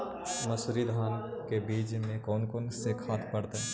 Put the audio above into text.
मंसूरी धान के बीज में कौन कौन से खाद पड़तै?